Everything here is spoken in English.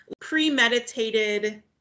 premeditated